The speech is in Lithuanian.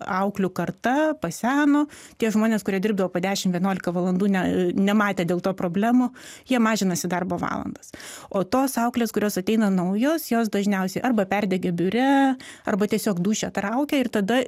auklių karta paseno tie žmonės kurie dirbdavo po dešim vienuolika valandų ne nematė dėl to problemų jie mažinasi darbo valandas o tos auklės kurios ateina naujos jos dažniausiai arba perdegė biure arba tiesiog dūšią traukia ir tada